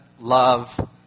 love